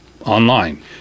online